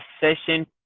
session